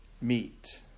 meet